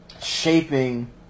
shaping